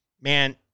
Man